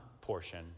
portion